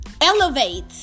Elevate